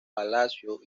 palacio